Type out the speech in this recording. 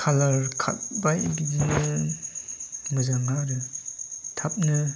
कालार खाथबाय बिदिनो मोजां नङा आरो थाबनो